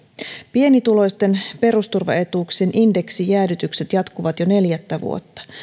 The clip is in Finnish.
pienituloisten perusturvaetuuksien indeksijäädytykset jatkuvat jo neljättä vuotta